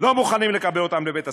לא מוכנים לקבל אותן לבית הספר.